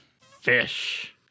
Fish